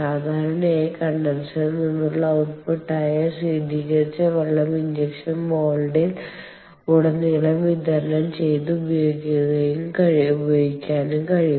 സാധാരണയായി കണ്ടൻസറിൽ നിന്നുള്ള ഔട്ട്പുട്ടായ ശീതീകരിച്ച വെള്ളം ഇഞ്ചക്ഷൻ മൌൾഡിൽ ഉടനീളം വിതരണം ചെയ്ത് ഉപയോഗിക്കാനും കഴിയും